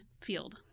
field